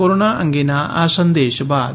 corona અંગેના આ સંદેશ બાદ